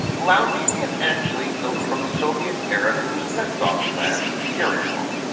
liaoning is actually built from soviet-era kuznetsov-class carrier hull.